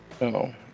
No